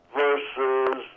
versus